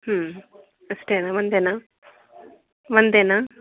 ಹ್ಞೂ ಅಷ್ಟೇನ ಒಂದೇನ ಒಂದೇನಾ